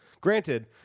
Granted